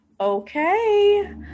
okay